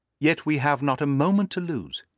yet we have not a moment to lose.